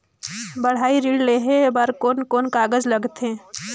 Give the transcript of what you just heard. पढ़ाई ऋण लेहे बार कोन कोन कागज लगथे?